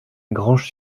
granges